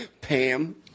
Pam